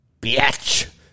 bitch